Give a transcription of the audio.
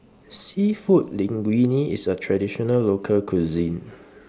Seafood Linguine IS A Traditional Local Cuisine